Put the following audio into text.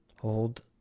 hold